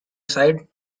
aside